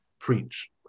preach